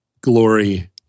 glory